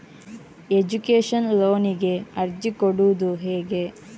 Education ಲೋನಿಗೆ ಅರ್ಜಿ ಕೊಡೂದು ಹೇಗೆ?